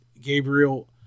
Gabriel